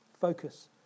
Focus